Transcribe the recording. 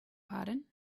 pardon